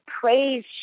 praise